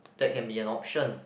that can be an option